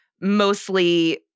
mostly